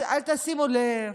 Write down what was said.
אל תשימו לב,